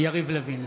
יריב לוין,